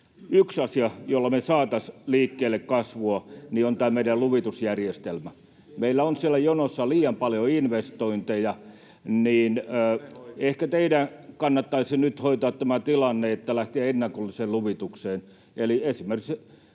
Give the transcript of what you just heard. Yksi asia, jolla me saataisiin liikkeelle kasvua, on tämä meidän luvitusjärjestelmä. Kun meillä on siellä jonossa liian paljon investointeja, niin ehkä teidän kannattaisi nyt hoitaa tämä tilanne ja lähteä ennakolliseen luvitukseen. Eli esimerkiksi